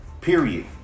Period